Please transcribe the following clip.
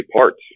parts